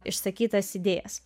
išsakytas idėjas